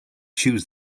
choose